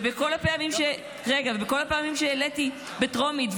ובכל הפעמים שהעליתי בטרומית,